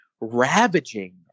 ravaging